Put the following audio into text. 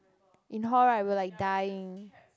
in hall right we were like dying